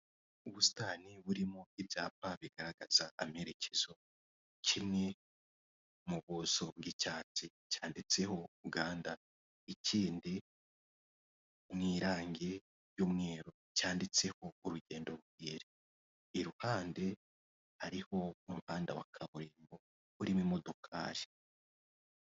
Ubusitani burimo ibyapa bigaragaza amerekezo, kimwe mu buso bw'icyatsi cyanditseho uganda, ikindi mu'irange ry'umweru cyanditseho urugendo ruhire, iruhande hariho umuhanda wa kaburimbo urimo imodokari.